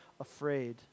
afraid